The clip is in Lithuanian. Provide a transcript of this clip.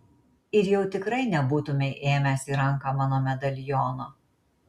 ir jau tikrai nebūtumei ėmęs į ranką mano medaliono